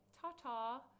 ta-ta